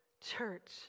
Church